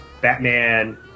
Batman